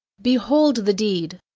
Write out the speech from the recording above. behold the deed!